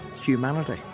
humanity